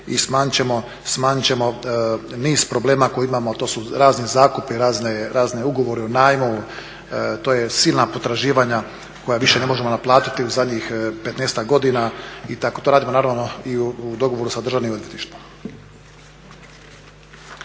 i smanjit ćemo niz problema koje imamo, a to su razni zakupi, razne ugovore o najmu, to je silna potraživanja koja više ne možemo naplatiti u zadnjih 15-ak godina i tako, to radimo naravno i u dogovoru sa državnim odvjetništvom.